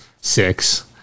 six